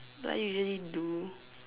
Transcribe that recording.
what you usually do